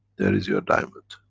there is your diamond.